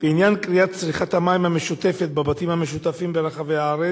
בעניין קריאת צריכת המים המשותפת בבתים המשותפים ברחבי הארץ,